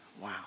Wow